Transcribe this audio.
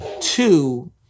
Two